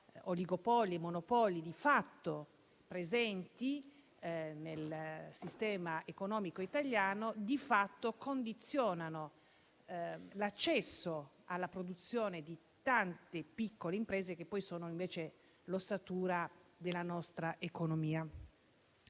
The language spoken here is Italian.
oligopoli e monopoli presenti nel sistema economico italiano di fatto condizionano l'accesso alla produzione di tante piccole imprese, che poi invece sono l'ossatura della nostra economia.